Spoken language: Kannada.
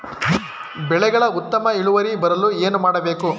ಬೆಳೆಗಳ ಉತ್ತಮ ಇಳುವರಿ ಬರಲು ಏನು ಮಾಡಬೇಕು?